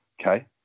Okay